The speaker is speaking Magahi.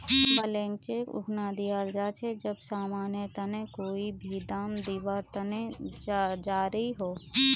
ब्लैंक चेक उखना दियाल जा छे जब समानेर तने कोई भी दाम दीवार तने राज़ी हो